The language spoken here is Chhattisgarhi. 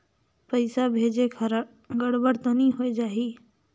पइसा भेजेक हर गड़बड़ तो नि होए जाही?